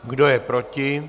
Kdo je proti?